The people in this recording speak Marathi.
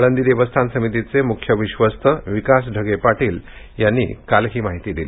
आळंदी देवस्थान समितीचे मुख्य विश्वस्त विकास ढगे पाटील यांनी काल ही माहिती दिली